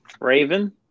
Raven